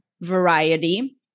variety